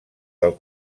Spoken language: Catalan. del